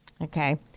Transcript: Okay